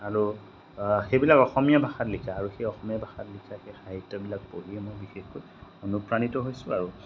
আৰু সেইবিলাক অসমীয়া ভাষাত লিখা আৰু সেই অসমীয়া ভাষাত লিখা সেই সাহিত্যবিলাক পঢ়িয়ে মই বিশেষকৈ অনুপ্ৰাণিত হৈছোঁ আৰু